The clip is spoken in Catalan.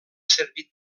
servit